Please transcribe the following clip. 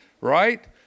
Right